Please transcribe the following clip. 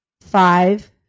five